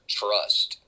trust